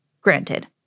Granted